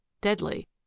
deadly